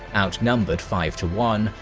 outnumbered five to one,